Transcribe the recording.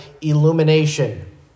illumination